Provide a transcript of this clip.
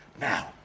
now